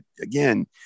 again